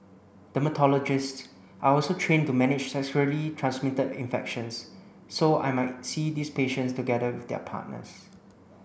dermatologists are also trained to manage sexually transmitted infections so I might see these patients together with their partners